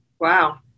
Wow